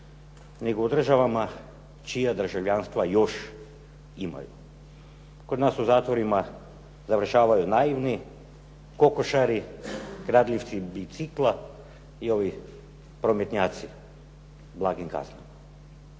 nego u državama čija državljanstva još imaju. Kod nas u zatvorima završavaju naivni, kokošari, kradljivci bicikla i ovi prometnjaci s blagim kaznama.